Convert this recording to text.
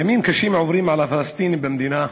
ימים קשים עוברים על הפלסטינים במדינה,